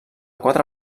quatre